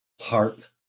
heart